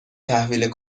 تحویل